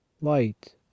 light